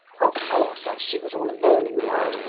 of course as she was all alone in the world,